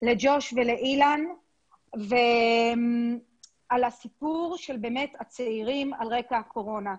לג'וש ולאילן לגבי הצעירים על רקע הקורונה.